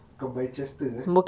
bukan bicester eh